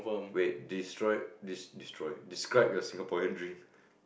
wait destroyed destroy describe you Singapore and dream